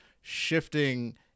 shifting